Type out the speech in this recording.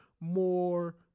more